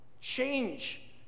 Change